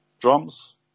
drums